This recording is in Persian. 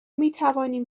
میتوانیم